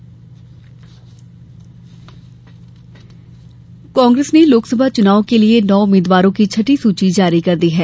कांग्रेस सूची कांग्रेस ने लोकसभा चुनावों के लिए नौ उम्मीदवारों की छठी सूची जारी कर दी है